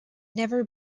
never